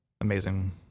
amazing